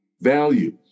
value